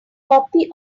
copy